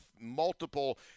multiple